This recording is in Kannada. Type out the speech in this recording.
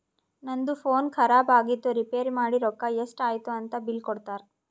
ನಂದು ಫೋನ್ ಖರಾಬ್ ಆಗಿತ್ತು ರಿಪೇರ್ ಮಾಡಿ ರೊಕ್ಕಾ ಎಷ್ಟ ಐಯ್ತ ಅಂತ್ ಬಿಲ್ ಕೊಡ್ತಾರ್